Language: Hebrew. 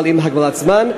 אבל עם הגבלת זמן.